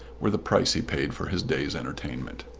were the price he paid for his day's entertainment.